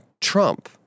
Trump